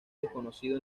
desconocido